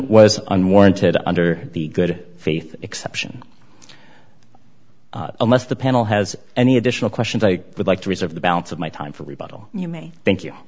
was unwarranted under the good faith exception unless the panel has any additional questions i would like to reserve the balance of my time for rebuttal you may thank you